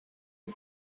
was